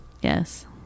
Yes